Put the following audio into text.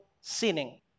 sinning